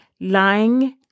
lying